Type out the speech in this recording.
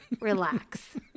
relax